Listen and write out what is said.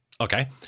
Okay